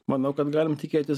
manau kad galim tikėtis